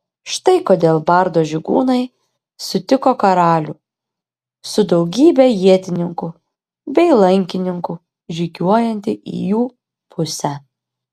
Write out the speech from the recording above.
štai kodėl bardo žygūnai sutiko karalių su daugybe ietininkų bei lankininkų žygiuojantį į jų pusę